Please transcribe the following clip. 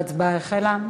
ההצבעה החלה.